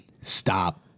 stop